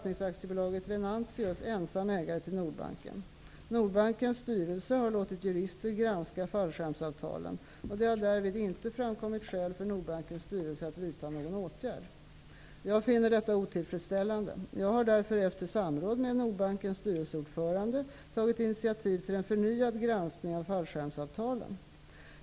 Nordbankens styrelse har låtit jurister granska fallskärmsavtalen. Det har därvid inte framkommit skäl för Nordbankens styrelse att vidta någon åtgärd. Jag finner detta otillfredsställande. Jag har därför efter samråd med Nordbankens styrelseordförande tagit initiativ till en förnyad granskning av fallskärmsavtalen.